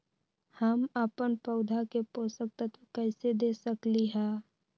हम अपन पौधा के पोषक तत्व कैसे दे सकली ह?